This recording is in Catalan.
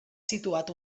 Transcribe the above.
situat